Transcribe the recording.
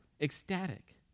Ecstatic